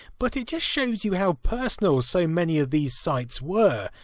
but, it just shows you how personal, so many of these sites were.